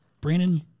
Brandon